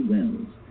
Wells